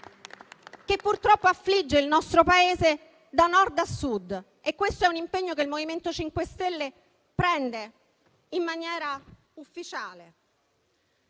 che purtroppo affligge il nostro Paese da Nord a Sud. Questo è un impegno che il MoVimento 5 Stelle prende in maniera ufficiale.